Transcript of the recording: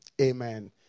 Amen